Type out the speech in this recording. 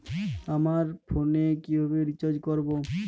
আমার ফোনে কিভাবে রিচার্জ করবো?